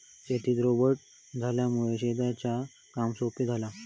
शेतीत रोबोट इल्यामुळे शेतकऱ्यांचा काम सोप्या झाला